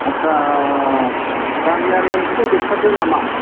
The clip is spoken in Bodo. आस्सा गामिया लोमसाव जोबथारदों नामा